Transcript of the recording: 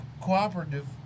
cooperative